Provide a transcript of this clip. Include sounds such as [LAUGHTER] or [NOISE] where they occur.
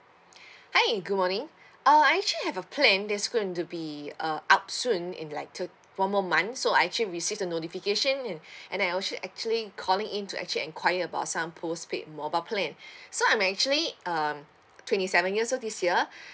[BREATH] hi good morning uh I actually have a plan that's going to be uh up soon in like thir~ four more months so I actually receive the notification and [BREATH] and then I also actually calling in to actually inquire about some postpaid mobile plan [BREATH] so I'm actually um twenty seven years old this year [BREATH]